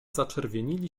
zaczerwienili